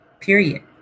Period